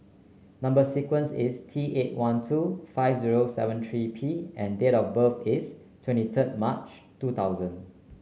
number sequence is T eight one two five zero seven three P and date of birth is twenty third March two thousand